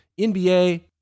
NBA